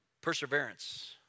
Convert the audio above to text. perseverance